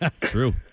True